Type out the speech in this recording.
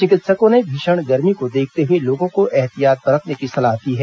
चिकित्सकों ने भीषण गर्मी को देखते हुए लोगों को ऐहतियात बरतने की सलाह दी है